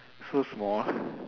so small